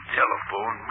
telephone